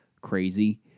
crazy